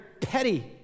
petty